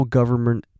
Government